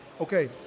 Okay